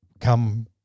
come